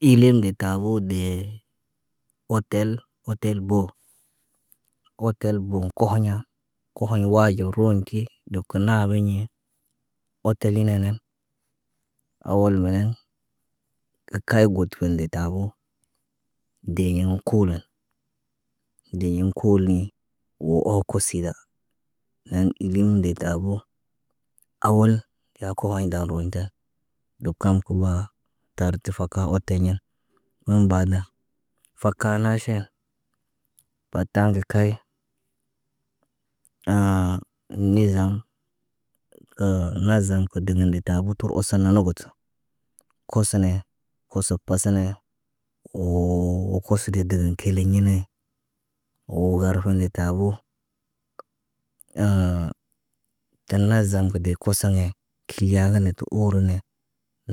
Ilen de tabo dee otel otel bo. Otel bo kohoɲa kohoɲ waɟib roon ti deb kə naabeɲe. Otel li nenen owol binen, kay got fende taaboo. Dee ɲenu koolən dee ɲim kooli wo oh kosida. Nen lin de tabo, awol yakowoɲ dan rooɲ ta. Dob kam kə waa, tar tifaka otel yen. Mum baada fak- ka naaʃen, batan ndə key, nizem ko naazam kə dəgən de tabuu tur osən na nogot. Kosenee, koso pasane, woo koso de deli kili ɲili. Woo gar fende tabo. tə lazam kə de kosoɲe. Kiyaa gə ne tu uuru ne